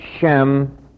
Shem